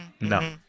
no